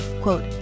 quote